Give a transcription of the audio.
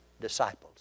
disciples